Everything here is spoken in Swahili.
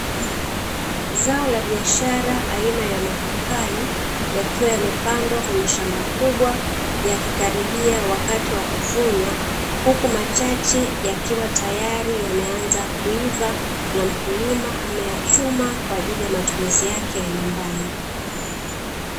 Zao la biashara aina ya mapapai yakiwa yamepandwa kwenye shamba kubwa yakikaribiwa kuvunwa huku machache yameanza kuiva huku mkulima akiwa ameyachuma kwa ajili ya matumizi yake ya nyumbani